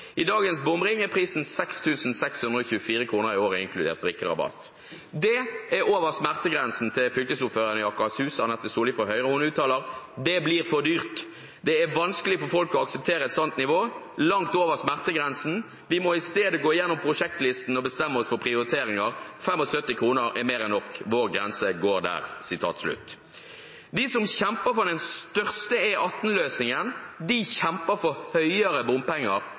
inkludert brikkerabatt. Det er over smertegrensen til fylkesordføreren i Akershus, Anette Solli fra Høyre. Hun uttaler: «Det blir for dyrt. Det er vanskelig for folk å akseptere et sånt nivå.» Videre: «Langt over smertegrensen. Vi må i stedet gå gjennom prosjektlista og bestemme oss for prioriteringer.» Og: 75 kr er mer enn nok. Vår grense går der.» De som kjemper for den største E18-løsningen, kjemper for høyere